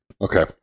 Okay